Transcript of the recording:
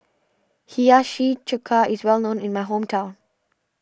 Hiyashi Chuka is well known in my hometown